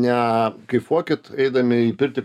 ne kaifuokit eidami į pirtį